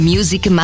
Music